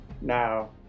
Now